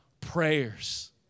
prayers